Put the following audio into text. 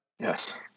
Yes